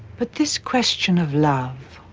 but this question of love,